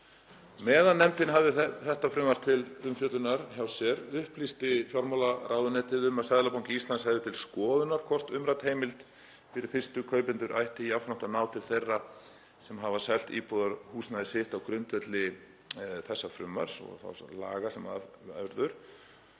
Meðan nefndin hafði þetta frumvarp til umfjöllunar upplýsti fjármálaráðuneytið að Seðlabanki Íslands hefði til skoðunar hvort umrædd heimild fyrir fyrstu kaupendur ætti jafnframt að ná til þeirra sem hafa selt íbúðarhúsnæði sitt á grundvelli þessa frumvarps og þeim lögum ef af verður.